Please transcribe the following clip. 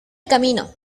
camino